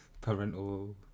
parental